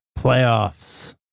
playoffs